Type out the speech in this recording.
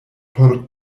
por